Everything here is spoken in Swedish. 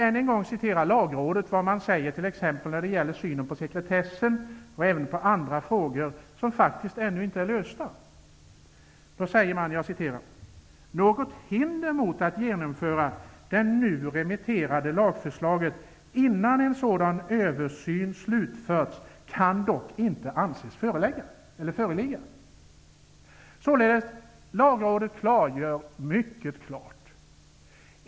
Än en gång vill jag hänvisa Lagrådet när det gäller synen på sekretessen och andra frågor som faktiskt ännu inte är lösta: Något hinder mot att genomföra det nu remitterade lagförslaget innan en sådan översyn slutförts kan dock inte anses föreligga. Lagrådet klargör detta således mycket tydligt.